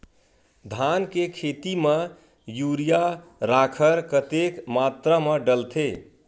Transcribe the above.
धान के खेती म यूरिया राखर कतेक मात्रा म डलथे?